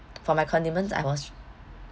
for my condiments I was